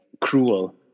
cruel